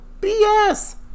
BS